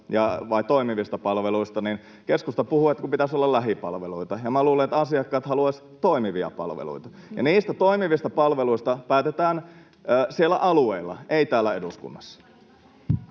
vai toimivista palveluista — keskusta puhui, että kun pitäisi olla lähipalveluita. Minä luulen, että asiakkaat haluaisivat toimivia palveluita, ja niistä toimivista palveluista päätetään siellä alueilla, ei täällä eduskunnassa.